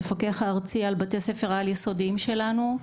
מפקח הארצי על בתי הספר העל יסודיים שלנו,